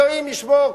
אלוהים ישמור,